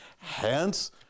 Hence